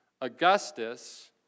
Augustus